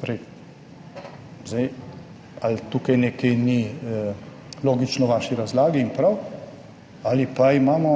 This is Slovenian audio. Torej zdaj ali tukaj nekaj ni logično in prav v vaši razlagi ali pa imamo